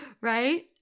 Right